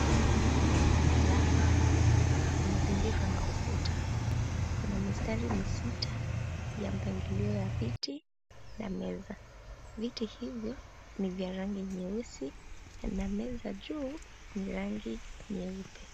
Ndani ya darasa umezingirwa na ukuta. Kuna mistari misita ya mpangilio ya viti na meza. Viti hivyo ni vya rangi nyeusi na meza juu ni rangi nyeupe.